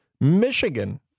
Michigan